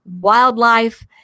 wildlife